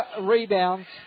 rebounds